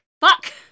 Fuck